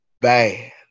bad